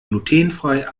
glutenfrei